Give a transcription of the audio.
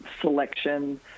selection